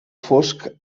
fosc